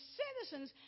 citizens